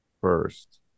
first